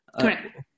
Correct